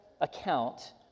account